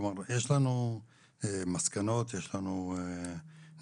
יש לנו מסקנות, יש לנו נתונים?